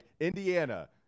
Indiana